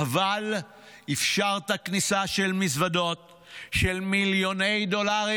אבל אפשרת כניסה של מזוודות של מיליוני דולרים,